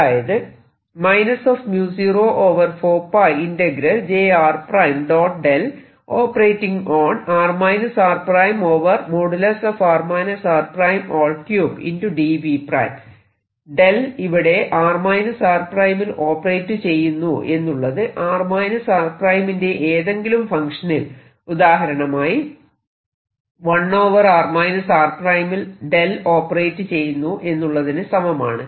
അതായത് ഇവിടെ r r ′ ൽ ഓപ്പറേറ്റ് ചെയ്യുന്നു എന്നുള്ളത് r r ′ ന്റെ ഏതെങ്കിലും ഫങ്ക്ഷനിൽ ഉദാഹരണമായി 1 r r ′ ൽ ഓപ്പറേറ്റ് ചെയ്യുന്നു എന്നുള്ളതിന് സമമാണ്